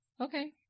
Okay